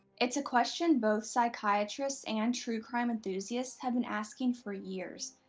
it's a question both psychiatrists and true crime enthusiasts have been asking for years,